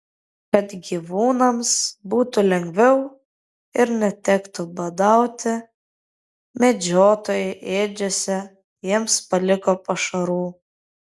kad gyvūnams būtų lengviau ir netektų badauti medžiotojai ėdžiose jiems paliko pašarų